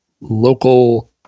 local